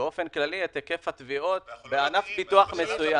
באופן כללי את היקף התביעות בענף ביטוח מסוים.